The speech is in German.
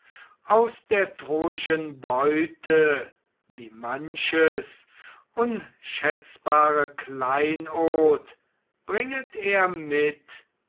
aus der troischen beute wie manches unschätzbare kleinod bringet er mit